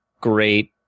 great